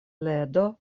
ledo